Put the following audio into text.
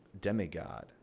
demigod